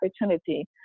opportunity